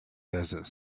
desert